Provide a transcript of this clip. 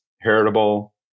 heritable